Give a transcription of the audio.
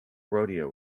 rodeo